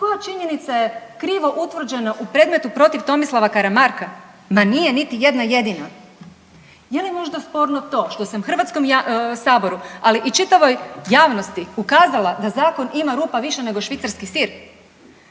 Koja činjenica je krivo utvrđena u premetu protiv Tomislava Karamarka? Ma nije niti jedna jedina. Je li možda sporno to što sam HS-u, ali i čitavoj javnosti ukazala da zakon ima rupa nego švicarski sir?